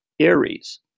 Aries